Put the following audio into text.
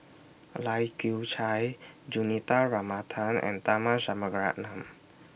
Lai Kew Chai Juthika Ramanathan and Tharman Shanmugaratnam